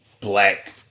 black